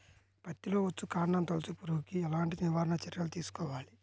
పత్తిలో వచ్చుకాండం తొలుచు పురుగుకి ఎలాంటి నివారణ చర్యలు తీసుకోవాలి?